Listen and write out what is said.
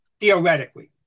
Theoretically